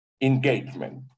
engagement